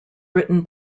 written